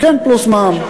כן, פלוס מע"מ.